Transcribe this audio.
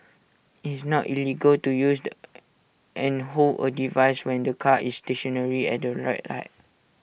IT is not illegal to use and hold A device when the car is stationary at the red light